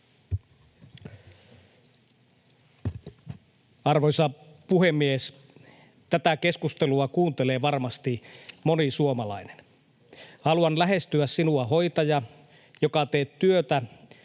Arvoisa puhemies! Tätä keskustelua kuuntelee varmasti moni suomalainen. Haluan lähestyä sinua, hoitaja, joka teet työtä